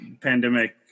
pandemic